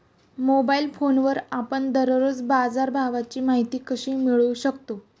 Mobile फोनवर आपण दररोज बाजारभावाची माहिती कशी मिळवू शकतो?